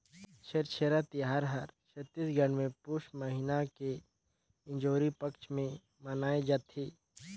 छेरछेरा तिहार हर छत्तीसगढ़ मे पुस महिना के इंजोरी पक्छ मे मनाए जथे